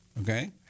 Okay